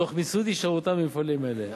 תוך מיסוד הישארותם במפעלים אלה.